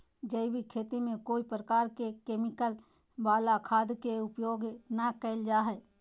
जैविक खेती में कोय प्रकार के केमिकल वला खाद के उपयोग नै करल जा हई